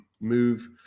move